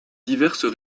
diverses